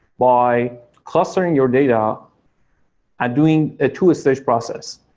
by clustering your data and doing a two stage process.